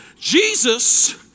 Jesus